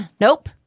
Nope